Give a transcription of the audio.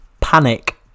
panic